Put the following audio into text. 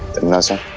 timnasa.